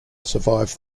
survive